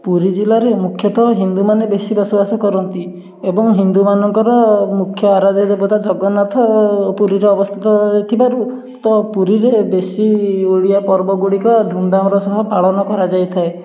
ପୁରୀ ଜିଲ୍ଲାରେ ମୁଖ୍ୟତଃ ହିନ୍ଦୁମାନେ ବେଶି ବସବାସ କରନ୍ତି ଏବଂ ହିନ୍ଦୁମାନଙ୍କର ମୁଖ୍ୟ ଆରାଧ୍ୟ ଦେବତା ଜଗନ୍ନାଥ ପୁରୀରେ ଅବସ୍ଥିତ ଥିବାରୁ ତ ପୁରୀରେ ବେଶି ଓଡ଼ିଆ ପର୍ବ ଗୁଡ଼ିକ ଧୁମଧାମ୍ର ସହ ପାଳନ କରାଯାଇଥାଏ